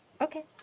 okay